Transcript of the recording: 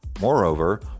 Moreover